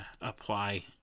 apply